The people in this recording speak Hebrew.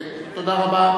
כן, תודה רבה.